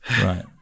right